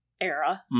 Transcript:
era